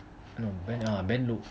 பேணலு:benlu